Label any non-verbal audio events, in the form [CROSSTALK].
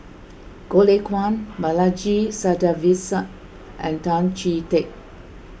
Goh Lay Kuan Balaji [UNINTELLIGIBLE] and Tan Chee Teck